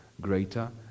greater